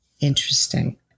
Interesting